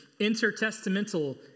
intertestamental